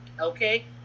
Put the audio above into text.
okay